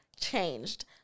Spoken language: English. changed